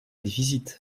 déficit